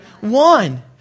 One